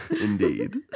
indeed